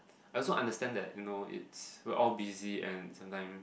I also understand that you know it's we're all busy and sometimes